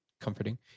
comforting